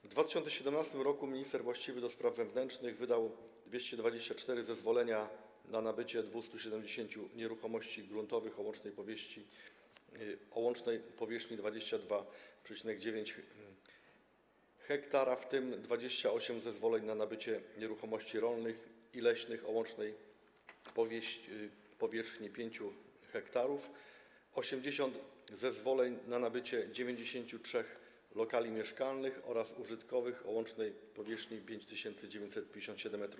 W 2017 r. minister właściwy do spraw wewnętrznych wydał 224 zezwolenia na nabycie 270 nieruchomości gruntowych o łącznej powierzchni 22,9 ha, w tym 28 zezwoleń na nabycie nieruchomości rolnych i leśnych o łącznej powierzchni 5 ha, 80 zezwoleń na nabycie 93 lokali mieszkalnych oraz użytkowych o łącznej powierzchni 5957 m2,